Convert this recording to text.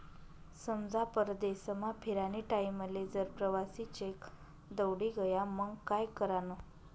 समजा परदेसमा फिरानी टाईमले जर प्रवासी चेक दवडी गया मंग काय करानं?